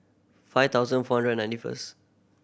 five thousand four hundred ninety first